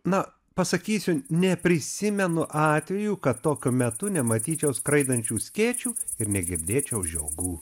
na pasakysiu neprisimenu atvejų kad tokiu metu nematyčiau skraidančių skėčių ir negirdėčiau žiogų